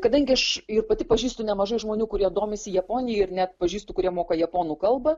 kadangi aš ir pati pažįstu nemažai žmonių kurie domisi japonija ir net pažįstu kurie moka japonų kalbą